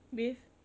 bathe